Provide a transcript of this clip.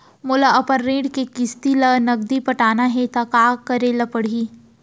मोला अपन ऋण के किसती ला नगदी पटाना हे ता का करे पड़ही?